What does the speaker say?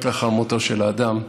רק לאחר מותו של האדם,